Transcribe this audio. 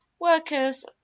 Workers